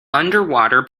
underwater